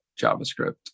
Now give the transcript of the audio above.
javascript